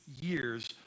years